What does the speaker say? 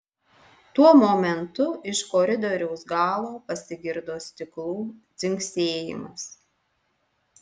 tuo momentu iš koridoriaus galo pasigirdo stiklų dzingsėjimas